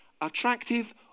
Attractive